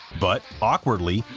but awkwardly,